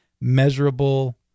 Measurable